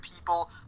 people